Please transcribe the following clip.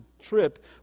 trip